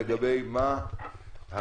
לגבי מה הרקע,